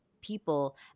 people